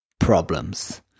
problems